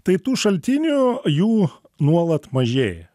tai tų šaltinių jų nuolat mažėja